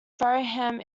fareham